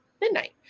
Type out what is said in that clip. midnight